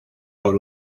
por